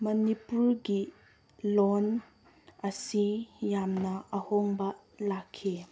ꯃꯅꯤꯄꯨꯔꯒꯤ ꯂꯣꯟ ꯑꯁꯤ ꯌꯥꯝꯅ ꯑꯍꯣꯡꯕ ꯂꯥꯛꯈꯤ